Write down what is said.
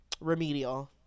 remedial